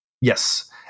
Yes